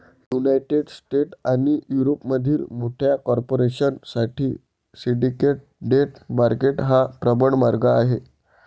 United states आणि युरोपमधील मोठ्या कॉर्पोरेशन साठी सिंडिकेट डेट मार्केट हा प्रबळ मार्ग आहे